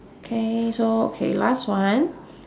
okay so okay last one